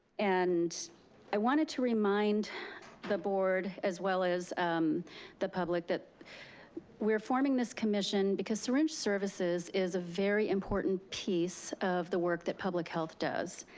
and i wanted to remind the board as well as the public that we're forming this commission because syringe services is a very important piece of the work that public health does.